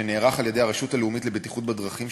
שנערך על-ידי הרשות הלאומית לבטיחות בדרכים,